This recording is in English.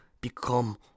become